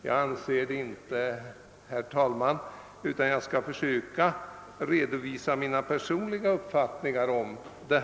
Jag anser inte att det är så, och jag skall därför försöka redovisa min personliga uppfattning om dem.